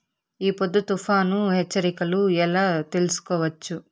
ఈ పొద్దు తుఫాను హెచ్చరికలు ఎలా తెలుసుకోవచ్చు?